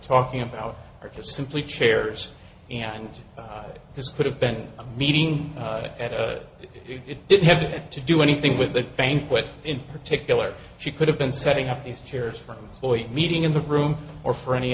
talking about are simply chairs and this could have been a meeting at a it didn't have to do anything with the banquet in particular she could have been setting up these chairs for employees meeting in the room or for any